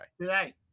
Today